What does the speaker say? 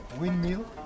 Windmill